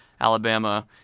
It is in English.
Alabama